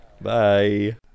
Bye